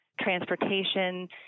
transportation